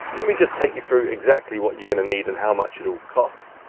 let me just take you through exactly what you're gonna need and how much it all costs.